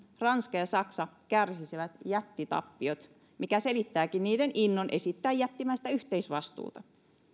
ranska ja saksa kärsisivät jättitappiot mikä selittääkin niiden innon esittää jättimäistä yhteisvastuuta